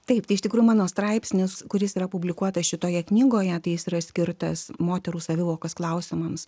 taip tai iš tikrųjų mano straipsnis kuris yra publikuotas šitoje knygoje tai jis yra skirtas moterų savivokos klausimams